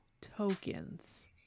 tokens